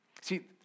See